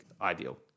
ideal